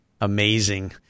amazing